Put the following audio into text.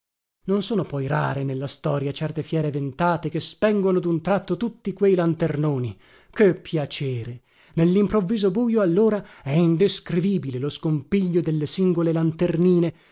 non sono poi rare nella storia certe fiere ventate che spengono dun tratto tutti quei lanternoni che piacere nellimprovviso bujo allora è indescrivibile lo scompiglio delle singole lanternine